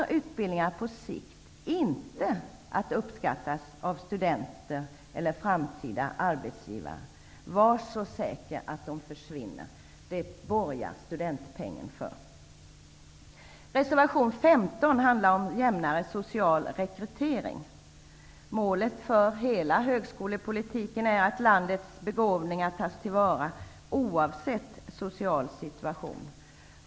Om utbildningarna på sikt inte uppskattas av studenter eller framtida arbetsgivare kan vi vara säkra på att de försvinner -- det borgar studentpengen för! Reservation 15 handlar om en jämnare social rekrytering. Målet för hela högskolepolitiken är att landets begåvningar tas till vara, oavsett social situation.